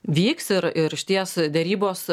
vyks ir ir išties derybos